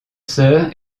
sœurs